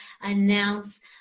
announce